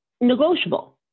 negotiable